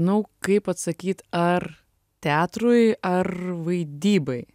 nu kaip atsakyt ar teatrui ar vaidybai